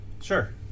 Sure